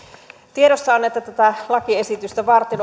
tiedossa on että tätä lakiesitystä varten